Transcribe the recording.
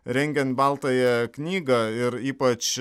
rengiant baltąją knygą ir ypač